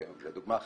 לדוגמה,